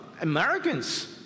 americans